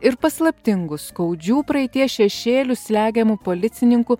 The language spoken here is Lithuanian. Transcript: ir paslaptingu skaudžių praeities šešėlių slegiamu policininku